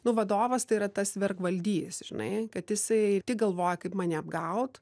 nu vadovas tai yra tas vergvaldys žinai kad jisai tik galvoja kaip mane apgaut